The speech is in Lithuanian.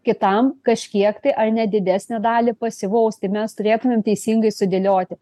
kitam kažkiek tai ar ne didesnę dalį pasyvaus tai mes turėtumėm teisingai sudėlioti